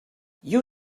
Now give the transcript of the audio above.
you